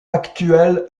actuel